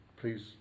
please